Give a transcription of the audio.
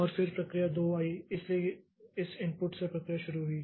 और फिर प्रक्रिया 2 आई इसलिए इस पॉइंट से प्रक्रिया शुरू हुई